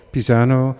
Pisano